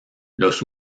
los